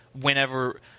whenever